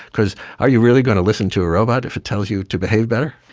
because are you really going to listen to a robot if it tells you to behave better?